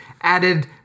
added